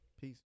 Peace